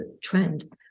trend